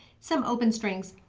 some open strings,